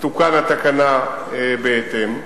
שתתוקן התקנה בהתאם,